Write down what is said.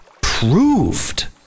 proved